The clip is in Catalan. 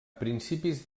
principis